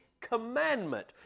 commandment